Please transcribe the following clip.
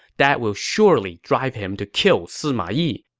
that will surely drive him to kill sima yi.